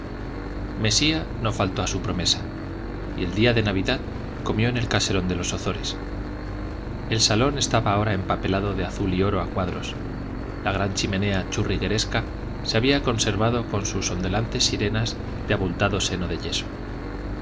mesía no faltó a su promesa y el día de navidad comió en el caserón de los ozores el salón estaba ahora empapelado de azul y oro a cuadros la gran chimenea churrigueresca se había conservado con sus ondulantes sirenas de abultado seno de yeso